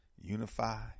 Unify